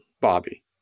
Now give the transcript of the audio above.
Bobby